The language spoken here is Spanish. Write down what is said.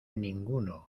ninguno